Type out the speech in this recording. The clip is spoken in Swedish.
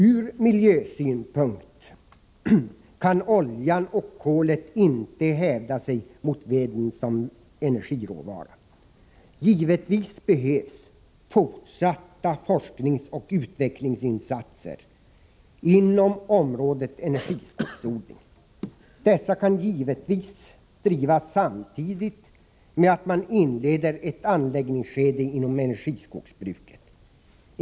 Ur miljösynpunkt kan oljan och kolet inte hävda sig mot veden som energiråvara. Givetvis behövs fortsatta forskningsoch utvecklingsinsatser inom området energiskogsodling. Dessa kan givetvis drivas samtidigt med att man inleder ett anläggningsskede inom energiskogsbruket.